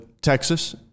Texas